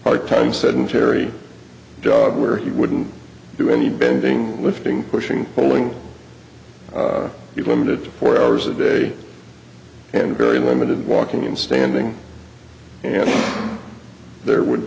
part time sedentary job where he wouldn't do any bending lifting pushing pulling people in the four hours a day and very limited walking and standing and there would